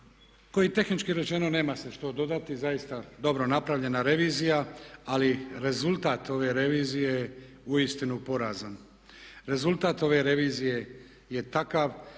koji tehnički rečeno nema se što dodati, zaista je dobro napravljena revizija ali rezultat ove revizije je uistinu porazan. Rezultat ove revizije je takav